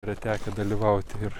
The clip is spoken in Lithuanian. yra tekę dalyvauti ir